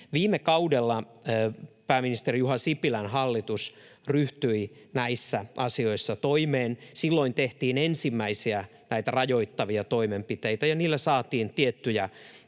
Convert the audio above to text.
Viime kaudella pääministeri Juha Sipilän hallitus ryhtyi näissä asioissa toimeen. Silloin tehtiin ensimmäisiä näitä rajoittavia toimenpiteitä, ja niillä saatiin tiettyjä